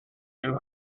knew